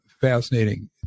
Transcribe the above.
fascinating